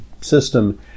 system